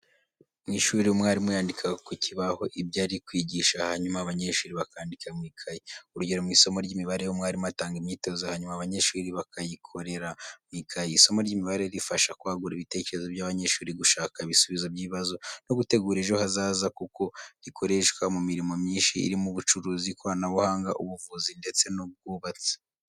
Mu ishuri, umwarimu yandika ku kibaho ibyo ari kwigisha hanyuma abanyeshuri bakandika mu ikayi. Urugero, mu isomo ry'imibare umwarimu atanga imyitozo hanyuma abanyeshuri bakayikorera mu ikayi. Isomo ry’imibare rifasha kwagura ibitekerezo by'abanyeshuri, gushaka ibisubizo by'ibibazo, no gutegura ejo hazaza kuko rikoreshwa mu mirimo myinshi irimo ubucuruzi, ikoranabuhanga, ubuvuzi, ndetse n'ubwubatsi.